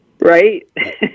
Right